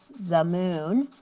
the moon